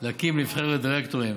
להקים נבחרת דירקטורים.